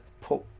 put